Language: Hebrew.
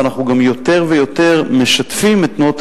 ואנחנו גם יותר ויותר משתפים את תנועות